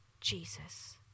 Jesus